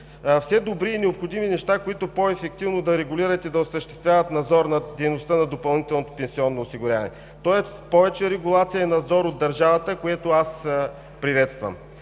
все добри и необходими неща, които по-ефективно да регулират и да осъществяват надзор над дейността на допълнителното пенсионно осигуряване, повече регулация и надзор от държавата, което аз го приветствам.